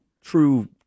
true